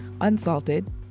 unsalted